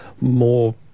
more